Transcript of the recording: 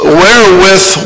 wherewith